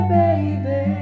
baby